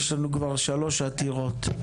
ישלנו כבר שלוש עתירות.